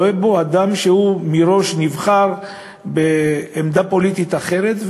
יראה בו אדם שמראש נבחר בעמדה פוליטית אחרת,